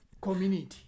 community